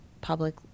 public